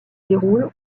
déroule